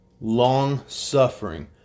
long-suffering